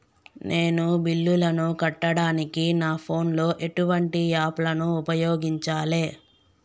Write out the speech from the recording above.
నేను బిల్లులను కట్టడానికి నా ఫోన్ లో ఎటువంటి యాప్ లను ఉపయోగించాలే?